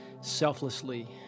selflessly